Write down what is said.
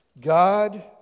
God